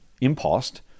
impost